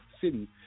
City